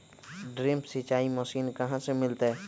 Drip सिंचाई machine कहाँ से मिलतै?